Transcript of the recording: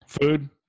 Food